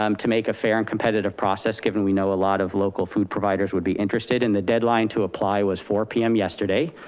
um to make a fair and competitive process, given we know a lot of local food providers would be interested, and the deadline to apply was four zero p m. yesterday.